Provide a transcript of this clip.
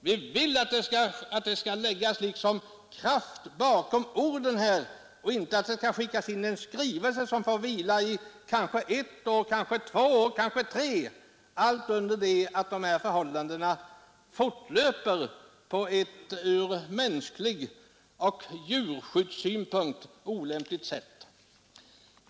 Vi vill att det skall läggas kraft bakom orden och inte att det skall skickas in en skrivelse som får vila i ett, två eller kanske tre år, allt under det att dessa förhållanden fortsätter på ett ur mänsklig synpunkt och ur djurskyddssynpunkt olämpligt sätt.